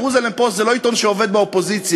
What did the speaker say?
ב"ג'רוזלם פוסט" זה לא עיתון שעובד באופוזיציה,